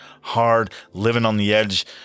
hard-living-on-the-edge